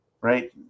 right